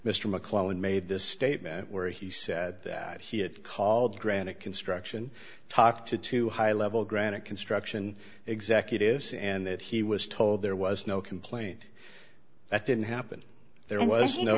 mr mcclellan made this statement where he said that he had called granite construction talked to two high level granite construction executives and that he was told there was no complaint that didn't happen there was